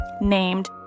named